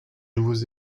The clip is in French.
nouveaux